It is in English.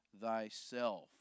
thyself